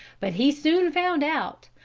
but he soon found out,